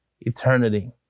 eternity